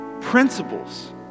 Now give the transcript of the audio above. Principles